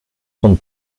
trente